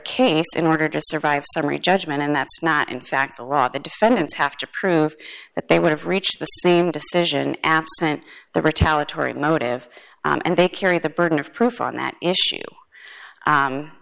case in order to survive summary judgment and that's not in fact the law the defendants have to prove that they would have reached the same decision absent the retaliatory motive and they carry the burden of proof on that issue